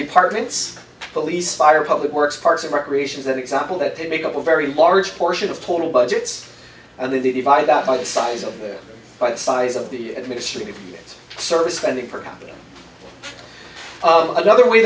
departments police fire public works parks and recreation that example that they make up a very large portion of total budgets and the divide that by the size of the by the size of the administrative service funding per capita another way